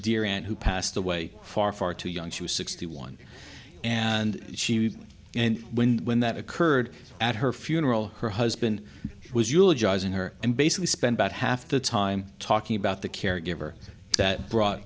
dear aunt who passed away far far too young she was sixty one and she and when when that occurred at her funeral her husband was eulogizing her and basically spent about half the time talking about the caregiver that brought